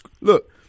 look